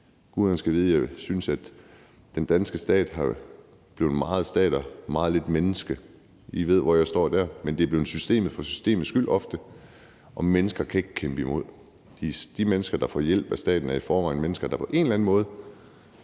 Guderne skal vide, at jeg synes, at den danske stat er blevet stat og meget lidt menneske. I ved, hvor jeg står dér. Det er blevet systemet for systemets skyld ofte, og mennesker kan ikke kæmpe imod. De mennesker, der får hjælp af staten, er i forvejen mennesker, der på en eller anden måde